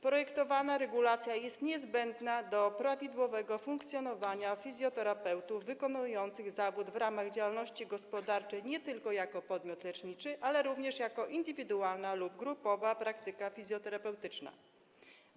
Projektowana regulacja jest niezbędna do prawidłowego funkcjonowania fizjoterapeutów wykonujących zawód w ramach działalności gospodarczej nie tylko jako podmiot leczniczy, ale również w formie indywidualnej lub grupowej praktyki fizjoterapeutycznej.